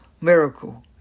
miracle